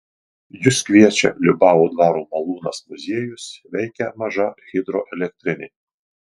jus kviečia liubavo dvaro malūnas muziejus veikia maža hidroelektrinė